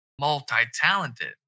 multi-talented